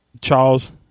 Charles